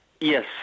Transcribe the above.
Yes